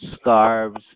scarves